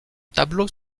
tableau